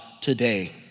today